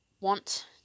want